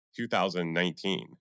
2019